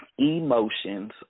emotions